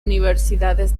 universidades